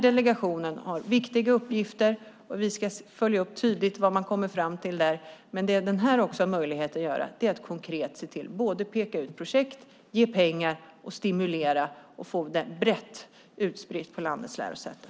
Delegationen har viktiga uppgifter, och vi ska noga följa upp vad man kommer fram till där. Men det denna delegation också har möjlighet att göra är att konkret peka ut projekt, ge pengar och stimulera och få det brett utspritt på landets lärosäten.